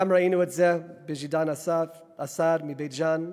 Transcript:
ראינו את זה גם אצל ג'דעאן אסעד מבית-ג'ן.